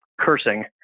Cursing